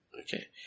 Okay